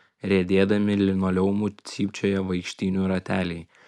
riedėdami linoleumu cypčioja vaikštynių rateliai